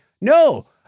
no